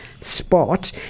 spot